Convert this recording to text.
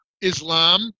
Islam